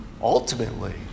ultimately